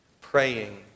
Praying